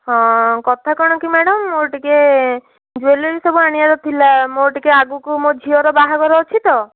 ହଁ କଥା କ'ଣ କି ମ୍ୟାଡ଼ାମ୍ ମୋର ଟିକେ ଜୁଏଲେରୀ ସବୁ ଆଣିବାର ଥିଲା ମୋର ଟିକେ ଆଗକୁ ମୋ ଝିଅର ବାହାଘର ଅଛି ତ